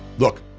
look,